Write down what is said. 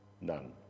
none